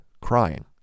crying